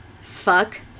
Fuck